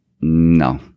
no